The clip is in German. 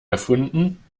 erfunden